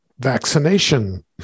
vaccination